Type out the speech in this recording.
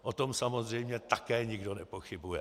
O tom samozřejmě také nikdo nepochybuje.